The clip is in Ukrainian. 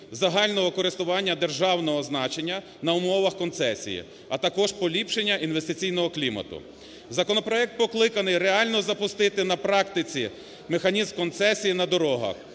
загального користування державного значення на умовах концесії, а також поліпшення інвестиційного клімату. Законопроект покликаний реально запустити на практиці механізм концесії на дорогах.